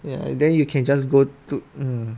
ya and then you can just go to um